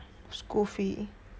school fee